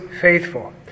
faithful